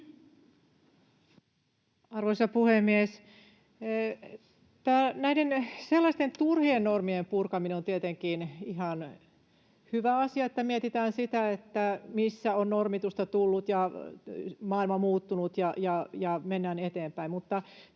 Arvoisa puhemies! Turhien normien purkaminen on tietenkin ihan hyvä asia, niin että mietitään sitä, missä on normitusta tullut ja maailma muuttunut, ja mennään eteenpäin.